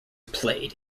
played